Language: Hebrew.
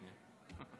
שנייה.